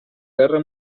guerra